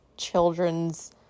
children's